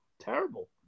terrible